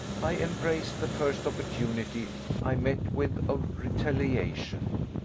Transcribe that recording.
i embraced the first opportunity i met with of retaliation.